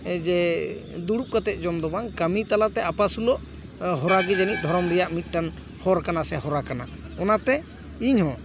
ᱡᱮ ᱫᱩᱲᱩᱵ ᱠᱟᱛᱮ ᱡᱚᱢ ᱫᱚ ᱵᱟᱝ ᱠᱟᱹᱢᱤ ᱛᱟᱞᱟᱛᱮ ᱟᱯᱟᱥᱩᱞᱚᱜ ᱦᱚᱨᱟᱜᱮ ᱫᱷᱚᱨᱚᱢ ᱨᱮᱭᱟᱜ ᱢᱤᱫᱴᱟᱝ ᱦᱚᱨ ᱠᱟᱱᱟ ᱥᱮ ᱦᱚᱨᱟ ᱠᱟᱱᱟ ᱚᱱᱟᱛᱮ ᱤᱧᱦᱚᱸ